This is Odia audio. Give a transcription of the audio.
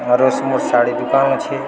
ମର ମୋର୍ ଶାଢ଼ୀ ଦୁକାନ ଅଛି